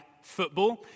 football